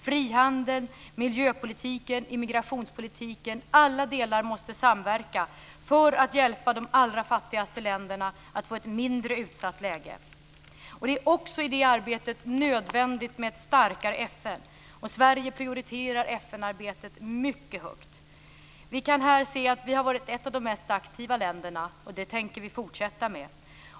Frihandeln, miljöpolitiken, immigrationspolitiken - alla delar måste samverka för att hjälpa de allra fattigaste länderna att få ett mindre utsatt läge. Det är också i det arbetet nödvändigt med ett starkare FN. Sverige prioriterar FN-arbetet mycket högt. Vi kan här se att vi har varit ett av de mest aktiva länderna, och det tänker vi fortsätta med.